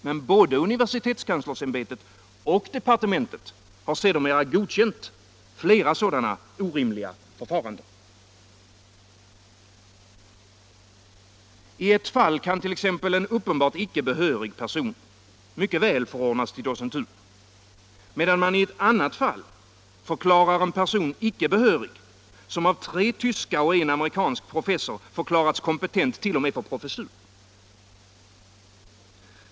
Men både universitetskanslersämbetet och departementet har sedermera godkänt flera sådana orimliga förfaranden. I ett fall kan t.ex. en uppenbart icke behörig person förordnas till docentur, medan man i ett annat fall förklarar en person icke behörig, som av tre tyska och en amerikansk professor förklarats kompetent t.o.m. för professur.